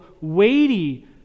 weighty